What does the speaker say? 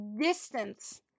distance